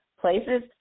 places